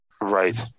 Right